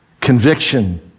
conviction